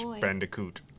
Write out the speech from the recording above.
Bandicoot